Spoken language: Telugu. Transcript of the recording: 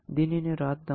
దీనిని వ్రాద్దాం